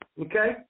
Okay